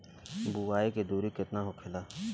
बुआई के दूरी केतना होखेला?